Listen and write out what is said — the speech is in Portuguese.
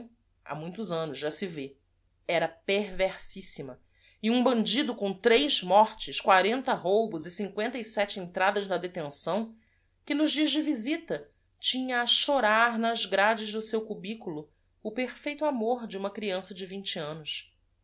ha muitos annos já se vê era perversissima e um bandido com tres mortes quarenta roubos e cincoenta e sete entradas na etenção que nos dias de visita tinha a chorar nas grades do seu cubiculo o prfeito amor de uma creança de vinte annos